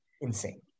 Insane